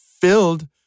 filled